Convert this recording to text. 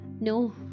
no